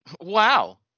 Wow